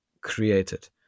created